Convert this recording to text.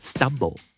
Stumble